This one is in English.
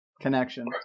connection